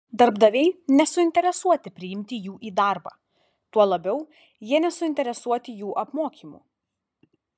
darbdaviai nesuinteresuoti priimti jų į darbą tuo labiau jie nesuinteresuoti jų apmokymu